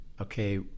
okay